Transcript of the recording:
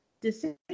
decision